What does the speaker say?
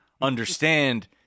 understand